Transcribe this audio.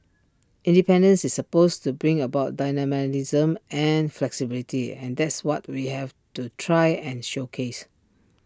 independence is supposed to bring about and flexibility and that's what we have to try and showcase